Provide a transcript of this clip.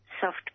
soft